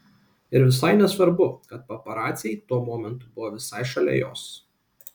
ir visai nesvarbu kad paparaciai tuo momentu buvo visai šalia jos